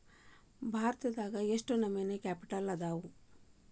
ಭಾರತದಾಗ ಯೆಷ್ಟ್ ನಮನಿ ಕ್ಯಾಪಿಟಲ್ ಅದಾವು?